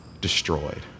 destroyed